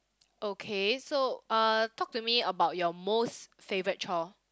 okay so uh talk to me about your most favourite chore